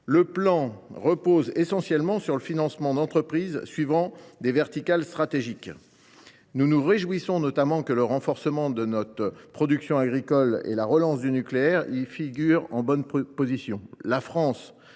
Le plan repose essentiellement sur le financement d’entreprises, suivant une stratégie d’intégration verticale. Nous nous réjouissons que le renforcement de notre production agricole et la relance du nucléaire y figurent en bonne position.